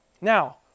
Now